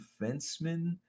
defenseman